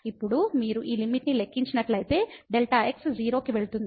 ఇప్పుడు మీరు ఈ లిమిట్ ని లెక్కించినట్లయితే Δx 0 కి వెళుతుంది